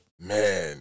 Man